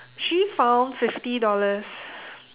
she found fifty dollars